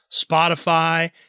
Spotify